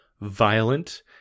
violent